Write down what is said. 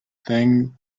thing